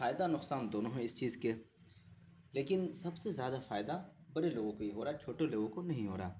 فائدہ نقصان دونوں ہے اس چیز کے لیکن سب سے زیادہ فائدہ بڑے لوگوں کو ہی ہو رہا ہے چھوٹے لوگوں کو نہیں ہو رہا